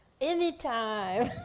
Anytime